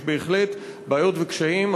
יש בהחלט בעיות וקשיים,